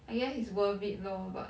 I guess it's worth it lor but